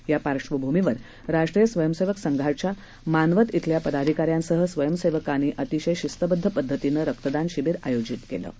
या पार्श्वभूमीवर राष्ट्रीय स्वयंसेवक संघाच्या मानवत िल्या पदाधिकाऱ्यांसह स्वयंसेवकांनी अतिशय शिस्तबध्द पध्दतीनं रक्तदान शिबीर आयोजित केलं होतं